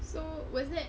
so what's that